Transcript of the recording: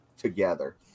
together